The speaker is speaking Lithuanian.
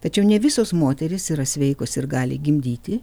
tačiau ne visos moterys yra sveikos ir gali gimdyti